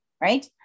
Right